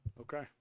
Okay